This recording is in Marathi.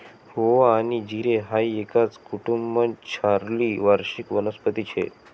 ओवा आनी जिरे हाई एकाच कुटुंबमझारली वार्षिक वनस्पती शे